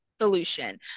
solution